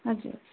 हजुर